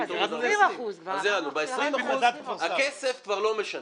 אבל זה 20%. אז ב-20% הכסף כבר לא משנה,